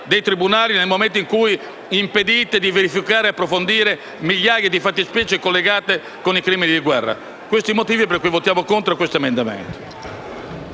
dei tribunali nel momento in cui impedite di verificare e approfondire migliaia di fattispecie collegate con i crimini di guerra. Questo è il motivo per cui votiamo contro l'emendamento